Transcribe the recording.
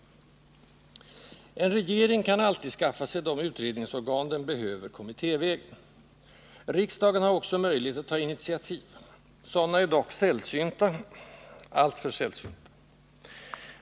En regering kan alltid skaffa sig de utredningsorgan den behöver, kommittévägen. Riksdagen har också möjlighet att ta initiativ. Sådana är dock sällsynta, alltför sällsynta.